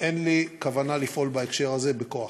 אין לי כוונה לפעול בהקשר הזה בכוח.